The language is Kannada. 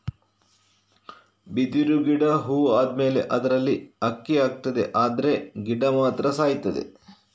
ಬಿದಿರು ಗಿಡ ಹೂ ಆದ್ಮೇಲೆ ಅದ್ರಲ್ಲಿ ಅಕ್ಕಿ ಆಗ್ತದೆ ಆದ್ರೆ ಗಿಡ ಮಾತ್ರ ಸಾಯ್ತದೆ